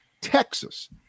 Texas